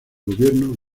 gobierno